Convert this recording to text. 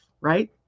right